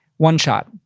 one shot.